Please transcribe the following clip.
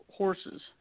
Horses